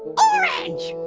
orange!